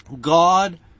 God